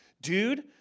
Dude